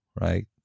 Right